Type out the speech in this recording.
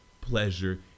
pleasure